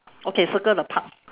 okay circle the park